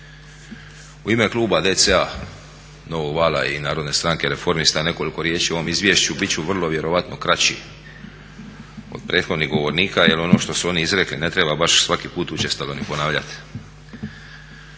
U ime kluba DC-a, Novog vala i Narodne stranke reformista nekoliko riječi o ovom izvješću. Bit ću vrlo vjerojatno kraći od prethodnih govornika jer ono što su oni izrekli ne treba baš svaki put učestalo ni ponavljati.